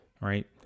right